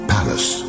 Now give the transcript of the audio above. Palace